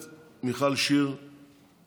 חברת הכנסת מיכל שיר סגמן,